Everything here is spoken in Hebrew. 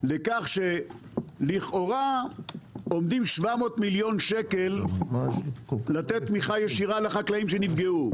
לכך שלכאורה עומדים 700 מיליון שקל לתת תמיכה ישירה לחקלאים שנפגעו.